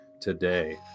today